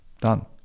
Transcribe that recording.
done